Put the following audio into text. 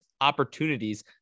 opportunities